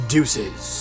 Deuces